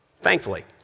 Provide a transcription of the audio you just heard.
thankfully